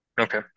Okay